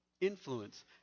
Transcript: influence